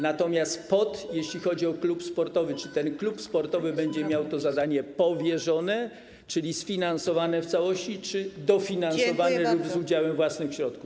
Natomiast jeśli chodzi o klub sportowy, czy ten klub sportowy będzie miał to zadanie powierzone, czyli sfinansowane w całości, czy dofinansowane lub z udziałem własnych środków?